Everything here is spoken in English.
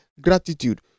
gratitude